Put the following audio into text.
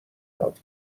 یاد